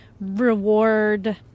reward